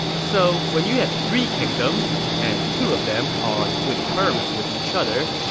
so when you have three kingdoms and two of them are on good terms with each other,